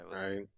Right